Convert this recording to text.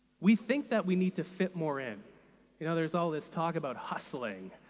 we think that we need to fit more in you know, there's all this talk about hustling.